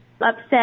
upset